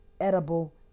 edible